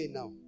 now